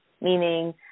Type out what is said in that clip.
meaning